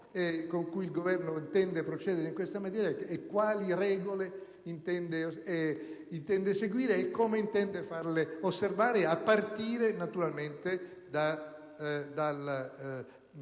con cui il Governo intende procedere in questa materia, quali regole intende seguire e come intende farle osservare a partire, naturalmente, dal personale